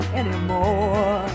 anymore